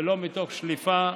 ולא מתוך שליפה,